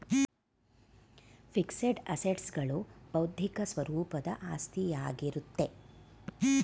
fixed assets ಗಳು ಬೌದ್ಧಿಕ ಸ್ವರೂಪದ ಆಸ್ತಿಯಾಗಿರುತ್ತೆ